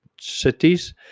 cities